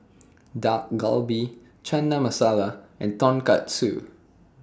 Dak Galbi Chana Masala and Tonkatsu